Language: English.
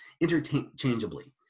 interchangeably